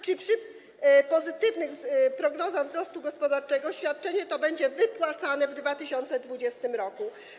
Czy przy pozytywnych prognozach dotyczących wzrostu gospodarczego świadczenie to będzie wypłacane w 2020 r.